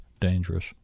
Dangerous